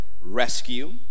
Rescue